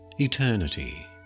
Eternity